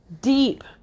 deep